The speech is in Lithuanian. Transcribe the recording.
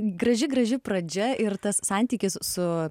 graži graži pradžia ir tas santykis su